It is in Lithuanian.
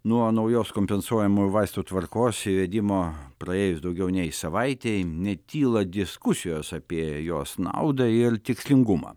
nuo naujos kompensuojamų vaistų tvarkos įvedimo praėjus daugiau nei savaitei netyla diskusijos apie jos naudą ir tikslingumą